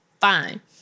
fine